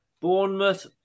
Bournemouth